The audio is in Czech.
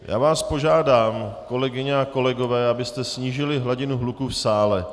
Já vás požádám, kolegyně a kolegové, abyste snížili hladinu hluku v sále.